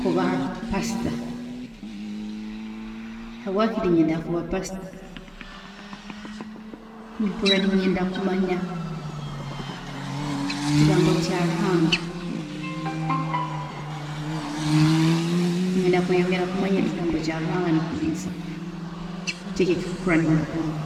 kuba pastor, habwaaki nintenda kuba pastor, nimpuurra ninyenda kumanya ekigambo kya Ruhanga, ninyenda kweyongera kumanya ekigambo kya Ruhanga, nikyo eki ekinkuhuurra ninyenda